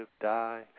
die